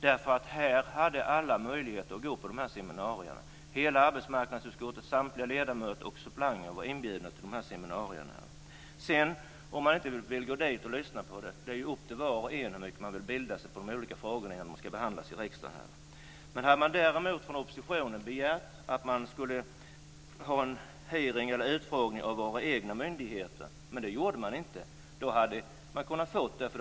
Alla hade möjlighet att gå på de här seminarierna. Hela arbetsmarknadsutskottet, samtliga ledamöter och suppleanter, var inbjudna till dessa seminarier. Det är ju upp till var och en om man inte vill gå och lyssna och hur mycket man vill bilda sig i de olika frågorna innan de ska behandlas i riksdagen. Hade oppositionen däremot begärt att man skulle ha en utfrågning av våra egna myndigheter, hade man kunnat få det. Men det gjorde man inte.